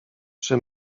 czy